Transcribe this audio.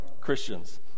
Christians